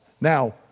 Now